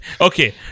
Okay